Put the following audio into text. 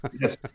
Yes